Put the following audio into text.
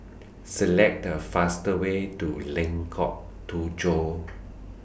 Select The fastest Way to Lengkok Tujoh